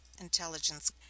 intelligence